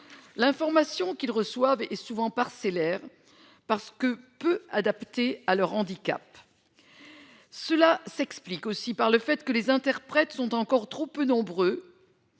L'information qu'ils reçoivent souvent parcellaires. Parce que peu adaptés à leur handicap. Cela s'explique aussi par le fait que les interprètes sont encore trop peu nombreux.